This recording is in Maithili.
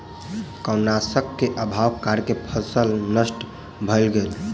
कवकनाशक के अभावक कारणें फसील नष्ट भअ गेल